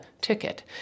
ticket